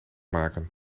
maken